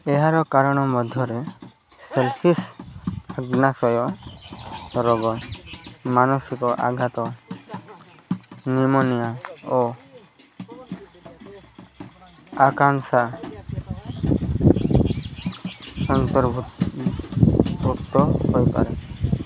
ଏହାର କାରଣ ମଧ୍ୟରେ ସେପ୍ସିସ୍ ଅଗ୍ନାଶୟ ରୋଗ ମାନସିକ ଆଘାତ ନିମୋନିଆ ଓ ଆକାଂକ୍ଷା ଅନ୍ତର୍ଭୁକ୍ତ ର୍ଭୁକ୍ତ ହୋଇପାରେ